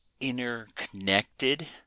interconnected